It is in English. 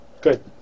Good